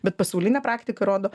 bet pasaulinė praktika rodo